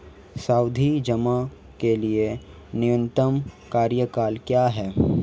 सावधि जमा के लिए न्यूनतम कार्यकाल क्या है?